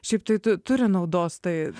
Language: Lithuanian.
šiaip tai tu turi naudos tai